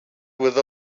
with